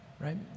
right